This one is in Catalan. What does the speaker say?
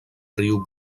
riu